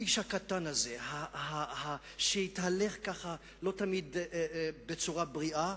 האיש הקטן הזה, שהתהלך לא תמיד בצורה בריאה,